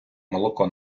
молоко